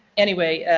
anyway.